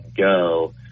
go